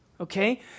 Okay